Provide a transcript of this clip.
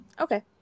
Okay